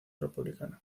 republicano